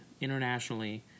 internationally